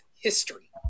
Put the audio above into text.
history